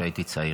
כשהייתי צעיר.